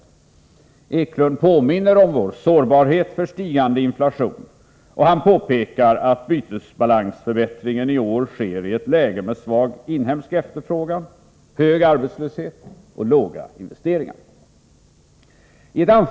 Eklund påminner om vår sårbarhet för stigande inflation, och han påpekar att bytesbalansförbättringen i år sker i ett läge med svag inhemsk efterfrågan, hög arbetslöshet och låga investeringar.